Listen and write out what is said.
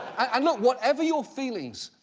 and look, whatever your feelings.